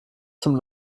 zum